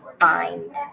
find